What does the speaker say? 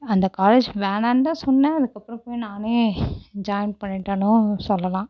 அந்த காலேஜ் வேணான்னுதான் சொன்னேன் அதுக்கப்புறம் போய் நானே ஜாயின் பண்ணிட்டேன்னும் சொல்லலாம்